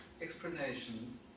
explanation